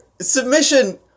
submission